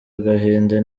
agahinda